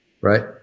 right